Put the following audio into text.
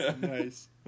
Nice